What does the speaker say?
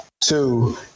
two